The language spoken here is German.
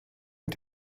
mit